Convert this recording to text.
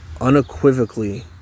unequivocally